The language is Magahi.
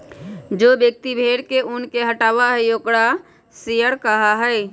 जो व्यक्ति भेड़ के ऊन के हटावा हई ओकरा शियरर कहा हई